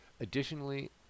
Additionally